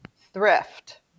thrift